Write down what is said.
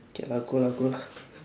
okay lah go lah go lah